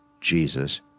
Jesus